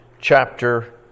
chapter